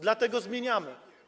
Dlatego to zmieniamy.